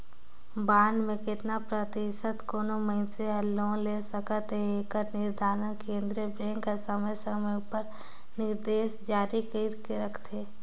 bond में केतना परतिसत कोनो मइनसे हर लोन ले सकत अहे एकर निरधारन केन्द्रीय बेंक हर समे समे उपर निरदेस जारी कइर के रखथे